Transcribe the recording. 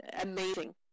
amazing